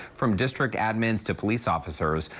from district admins to police officers,